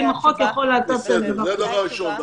זה דבר ראשון.